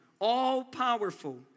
all-powerful